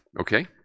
Okay